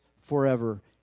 forever